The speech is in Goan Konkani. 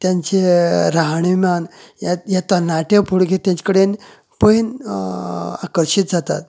तेंचे राहाणिमान हे तरणाटे भुरगें तांचे कडेन पळोवन आकर्शीत जातात